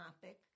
topic